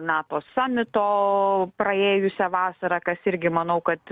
nato samito praėjusią vasarą kas irgi manau kad